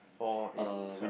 four eight twelve